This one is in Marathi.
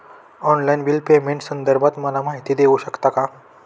ऑनलाईन बिल पेमेंटसंदर्भात मला माहिती देऊ शकतात का?